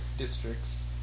districts